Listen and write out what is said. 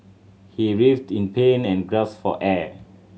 he writhed in pain and gasped for air